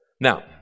Now